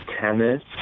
tennis